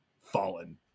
Fallen